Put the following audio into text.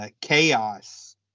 Chaos